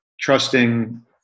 trusting